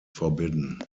forbidden